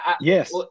Yes